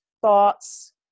thoughts